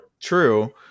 True